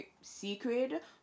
secret